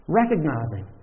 recognizing